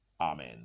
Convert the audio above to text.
Amen